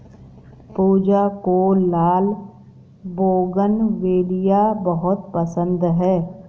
पूजा को लाल बोगनवेलिया बहुत पसंद है